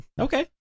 Okay